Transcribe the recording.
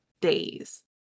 days